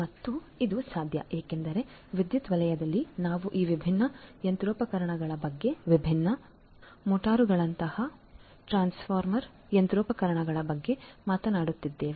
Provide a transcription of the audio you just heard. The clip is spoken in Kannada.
ಮತ್ತು ಇದು ಸಾಧ್ಯ ಏಕೆಂದರೆ ವಿದ್ಯುತ್ ವಲಯದಲ್ಲಿ ನಾವು ಈ ವಿಭಿನ್ನ ಯಂತ್ರೋಪಕರಣಗಳ ಬಗ್ಗೆ ವಿಭಿನ್ನ ಮೋಟಾರುಗಳಂತಹ ಟ್ರಾನ್ಸ್ಫಾರ್ಮರ್ ಯಂತ್ರೋಪಕರಣಗಳ ಬಗ್ಗೆ ಮಾತನಾಡುತ್ತಿದ್ದೇವೆ